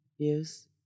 views